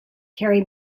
terry